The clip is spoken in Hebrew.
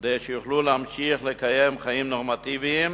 כדי שיוכלו להמשיך לקיים חיים נורמטיביים.